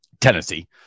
Tennessee